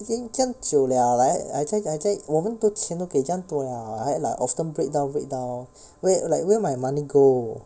已经这样久 liao like 还在还在我们都钱都给这样多了还 like often breakdown breakdown wh~ like where my money go